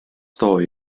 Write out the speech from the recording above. ddoe